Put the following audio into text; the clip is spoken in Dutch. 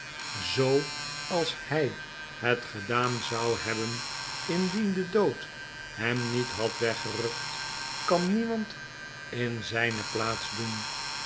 o als hij het gedaan zou hebben indien de dood hem niet had weggerukt kan niemand in zjjne plaats doen